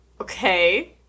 Okay